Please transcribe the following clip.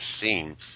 seen